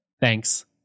Thanks